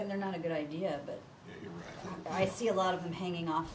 and they're not a good idea but i see a lot of them hanging off